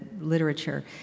literature